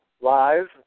live